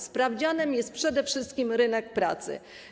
Sprawdzianem jest przede wszystkim rynek pracy.